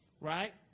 Right